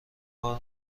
کار